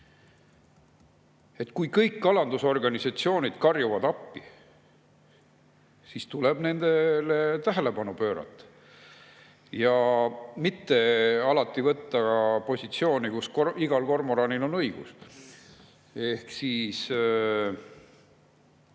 Kui kõik kalandusorganisatsioonid karjuvad appi, siis tuleb nendele tähelepanu pöörata ja mitte alati võtta positsiooni, et igal kormoranil on õigus.